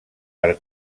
per